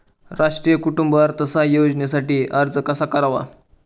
राष्ट्रीय कुटुंब अर्थसहाय्य योजनेसाठी अर्ज कसा करावा?